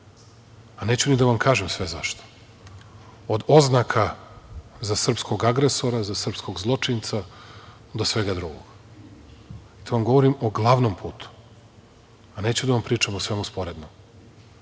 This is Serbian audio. a neću ni da vam kažem sve zašto. Od oznaka za srpskog agresora, za srpskog zločinca do svega drugog. To vam govorim o glavnom putu, a neću da vam pričam o svemu sporednom. Zato